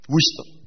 Wisdom